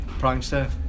prankster